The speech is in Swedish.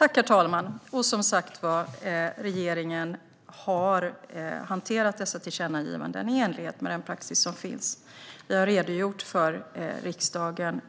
Herr talman! Regeringen har hanterat dessa tillkännagivanden i enlighet med den praxis som finns. Vi har redogjort för riksdagen